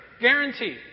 Guaranteed